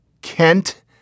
Kent